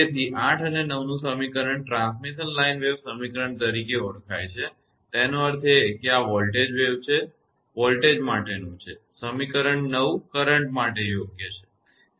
તેથી 8 અને 9 નું સમીકરણ ટ્રાન્સમિશન લાઇન વેવ સમીકરણ તરીકે ઓળખાય છે તેનો અર્થ એ કે આ વોલ્ટેજ છે આ વોલ્ટેજ માટેનું છે અને આ સમીકરણ માટે છે 9 કરંટ માટે યોગ્ય છે